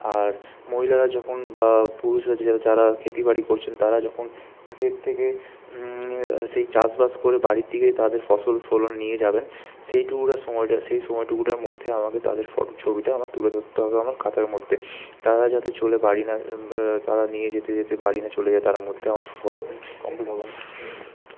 আর মহিলারা যখন বা পুরুষরা আছে যারা ক্ষেতিবাড়ি করছেন তারা যখন ক্ষেত থেকে সেই চাষবাস করে বাড়ির দিকে তাদের ফসল ফলন নিয়ে যাবেন সেইটুকুটা সময়টা সেই সময়টুকুটার মধ্যে আমাকে তাদের ফটো ছবিটা আমাকে তুলে ধরতে হবে আমার খাতার মধ্যে তারা যাতে চলে বাড়ি না তারা নিয়ে যেতে যেতে বাড়ি না চলে যায় তার মধ্যে আমার ফটো কমপ্লিট হবে না